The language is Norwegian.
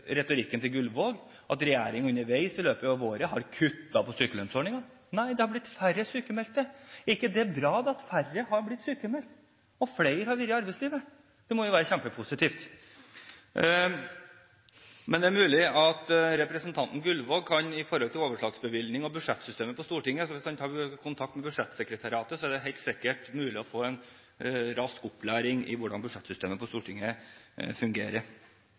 retorikken til Gullvåg – at regjeringen underveis, i løpet av året, har kuttet i sykelønnsordningen? Nei, det har blitt færre sykmeldte! Er det ikke bra at færre har blitt sykmeldte og flere har vært i arbeidslivet? Det må jo være kjempepositivt. Men det er mulig representanten Gullvåg kan – med tanke på overslagsbevilgning og budsjettsystemet på Stortinget – ta kontakt med budsjettsekretariatet og få en rask opplæring i hvordan budsjettsystemet på Stortinget fungerer.